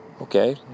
Okay